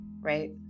right